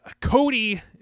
Cody